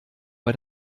bei